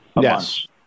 Yes